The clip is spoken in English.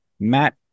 Matt